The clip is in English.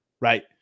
right